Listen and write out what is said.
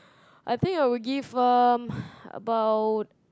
I think I will give them about